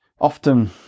often